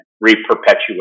re-perpetuate